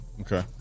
Okay